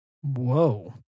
Whoa